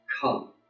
come